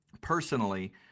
personally